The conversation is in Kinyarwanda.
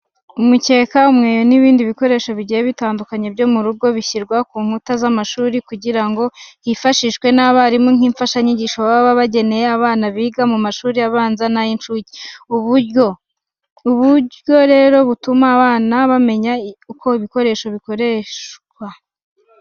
Umukeka, umweyo n'ibindi bikoresho bigiye bitandukanye byo mu rugo, bishyirwa ku nkuta z'amashuri kugira ngo byifashishwe n'abarimu nk'imfashanyigisho baba bageneye abana biga mu mashuri abanza n'ay'incuke. Ubu buryo rero butuma aba bana bamenya uko ibi bikoresho bikoreshwa.